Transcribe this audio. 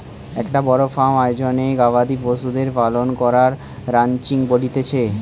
একটো বড় ফার্ম আয়োজনে গবাদি পশুদের পালন করাকে রানচিং বলতিছে